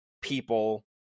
people